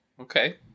Okay